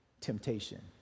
temptation